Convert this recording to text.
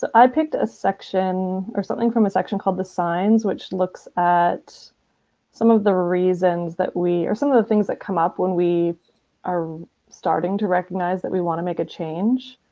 i picked a section or something from a section called the signs, which looks at some of the reasons that we or some of the things that come up when we are starting to recognize that we want to make change.